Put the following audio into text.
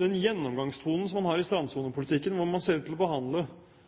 Den gjennomgangstonen som man har i strandsonepolitikken, hvor man ser ut til å behandle